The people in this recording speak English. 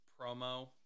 promo